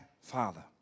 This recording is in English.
father